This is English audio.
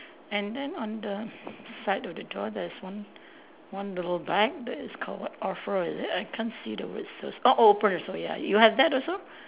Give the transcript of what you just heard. and then on the side of the door there's one one little bike that is called offer is it I can't see the word so small oh open so ya you have that also